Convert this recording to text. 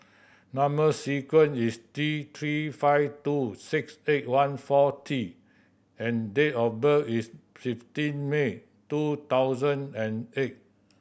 number sequence is T Three five two six eight one four T and date of birth is fifteen May two thousand and eight